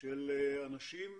של אנשים